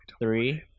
three